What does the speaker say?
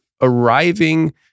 arriving